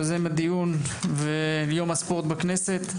יוזם הדיון ויום הספורט בכנסת,